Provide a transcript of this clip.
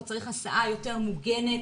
צריך הסעה יותר מוגנת,